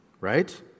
right